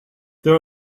there